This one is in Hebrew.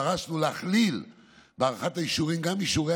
דרשנו להכליל בהארכת האישורים גם אישורי